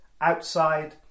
outside